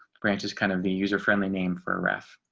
branch is kind of the user friendly name for a rough